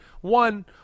one